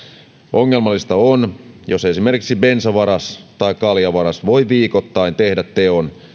ongelmallista on jos esimerkiksi bensavaras tai kaljavaras voi viikoittain tehdä teon